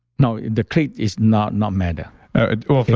no, the clit is not not matter well,